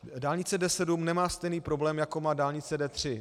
Dálnice D7 nemá stejný problém, jako má dálnice D3.